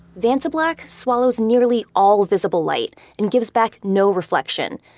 vantablack swallows nearly all visible light and gives back no reflection.